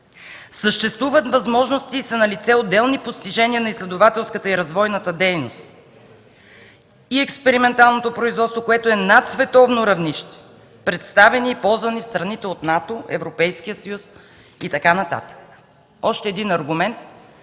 „Съществуват възможности и са налице отделни постижения на изследователската и на развойната дейност и експерименталното производство, което е над световното равнище, представени и ползвани в страните от НАТО, Европейския съюз и т.н.” – още един аргумент,